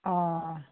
অঁ অঁ